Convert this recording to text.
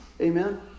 amen